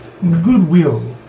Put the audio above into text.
goodwill